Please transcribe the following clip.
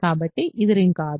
కాబట్టి ఇది రింగ్ కాదు